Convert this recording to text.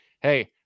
hey